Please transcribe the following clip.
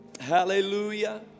hallelujah